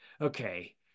okay